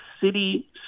City